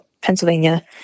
Pennsylvania